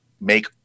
make